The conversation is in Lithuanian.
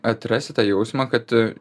atrasti tą jausmą kad